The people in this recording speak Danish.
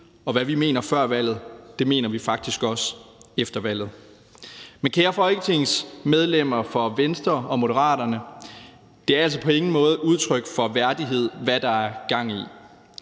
og hvad vi mener før valget, mener vi faktisk også efter valget. Men kære folketingsmedlemmer for Venstre og Moderaterne, det er altså på ingen måde udtryk for værdighed, hvad der er gang i.